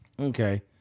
Okay